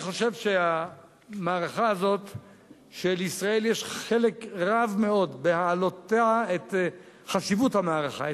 אני חושב שלישראל יש חלק רב מאוד בהעלותה את חשיבות המערכה,